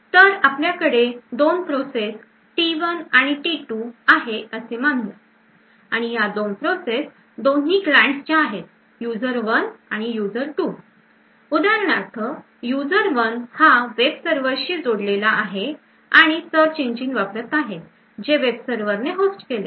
तर आपल्याकडे दोन प्रोसेस T1 आणि T2 आहे असे मानूया आणि ह्या दोन प्रोसेस दोन्ही clients च्या आहेत युजर 1 आणि युजर 2 उदाहरणार्थ युजर 1 हा वेब सर्वरशी जोडलेला आहे आणि सर्च इंजिन वापरत आहे जे वेब सर्वर ने host केले आहे